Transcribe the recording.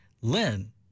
Lynn